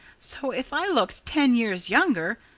so if i look ten years younger,